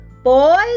Boys